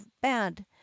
bad